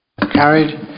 carried